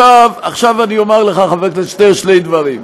עכשיו אני אומר לך, חבר הכנסת שטרן, שני דברים.